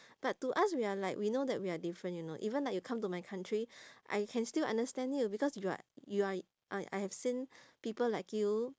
but to us we are like we know that we are different you know even like you come to my country I can still understand you because you are you are I I have seen people like you